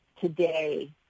today